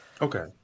Okay